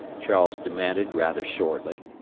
charles demanded rather shortly.